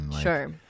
Sure